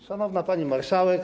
Szanowna Pani Marszałek!